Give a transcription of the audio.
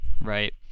Right